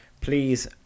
please